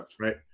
right